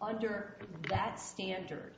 under that standard